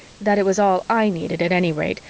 that it was all i needed, at any rate,